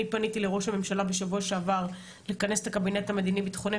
אני פניתי לראש הממשלה בשבוע שעבר לכנס את הקבינט המדיני ביטחוני.